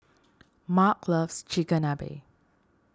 Marc loves Chigenabe